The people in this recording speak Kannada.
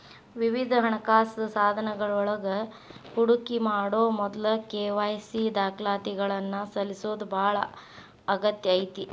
ವಿವಿಧ ಹಣಕಾಸ ಸಾಧನಗಳೊಳಗ ಹೂಡಿಕಿ ಮಾಡೊ ಮೊದ್ಲ ಕೆ.ವಾಯ್.ಸಿ ದಾಖಲಾತಿಗಳನ್ನ ಸಲ್ಲಿಸೋದ ಬಾಳ ಅಗತ್ಯ ಐತಿ